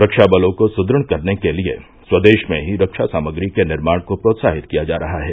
ख्वा बलों को सुदुढ़ बनाने के लिए स्वदेश में ही ख्वा सामग्री के निर्माण को प्रोत्साहित किया जा रहा है